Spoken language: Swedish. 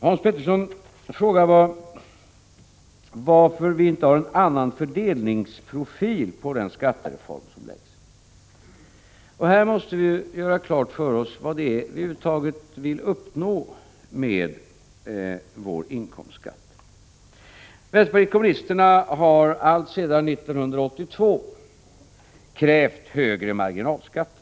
Hans Petersson i Hallstahammar frågade varför vi inte har en annan fördelningsprofil på den skattereform som föreslås. Här måste vi göra klart för oss vad vi över huvud taget vill uppnå med vår inkomstskatt. Vänsterpartiet kommunisterna har alltsedan 1982 krävt högre marginalskatter.